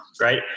right